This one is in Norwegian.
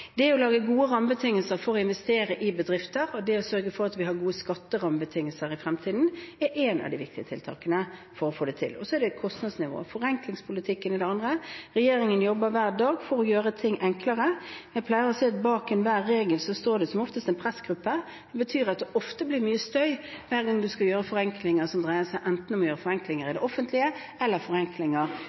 Det å lage gode rammebetingelser for å investere i bedrifter, og det å sørge for at vi har gode skatterammebetingelser i fremtiden, er et av de viktige tiltakene for å få det til. Og så er det kostnadsnivået. Forenklingspolitikken er det andre. Regjeringen jobber hver dag for å gjøre ting enklere. Jeg pleier å si at bak enhver regel står det som oftest en pressgruppe. Det betyr at det ofte blir mye støy hver gang man skal gjøre forenklinger